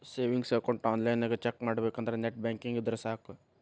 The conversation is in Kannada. ಸೇವಿಂಗ್ಸ್ ಅಕೌಂಟ್ ಆನ್ಲೈನ್ನ್ಯಾಗ ಚೆಕ್ ಮಾಡಬೇಕಂದ್ರ ನೆಟ್ ಬ್ಯಾಂಕಿಂಗ್ ಇದ್ರೆ ಸಾಕ್